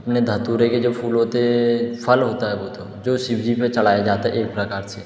अपने धतूरे के जो फूल होते है फल होता है वो तो जो शिव जी पे चढ़ाए जाते एक प्रकार से